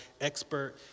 expert